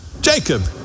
Jacob